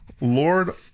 Lord